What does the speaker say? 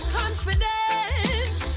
confident